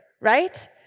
right